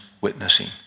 witnessing